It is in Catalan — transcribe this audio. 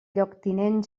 lloctinent